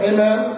Amen